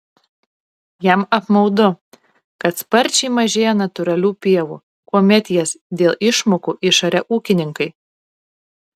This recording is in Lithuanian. jam apmaudu kad sparčiai mažėja natūralių pievų kuomet jas dėl išmokų išaria ūkininkai